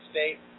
State